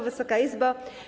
Wysoka Izbo!